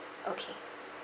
okay